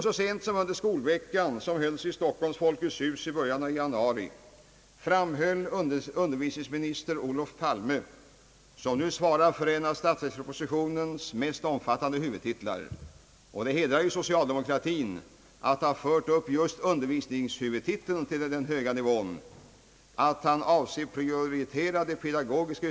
Så sent som under skolveckan, som hölls i Folkets hus i Stockholm i början av januari, framböll utbildningsminister Olof Palme, att han avser att prioritera det pedagogiska utvecklingsarbetet, medan chefen för skolöverstyrelsen underströk ämbetsverkets ambitioner att i takt med den fortgående expansionen hålla skärpt uppsikt över resursanvändningen.